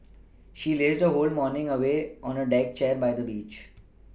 she lazed her whole morning away on a deck chair by the beach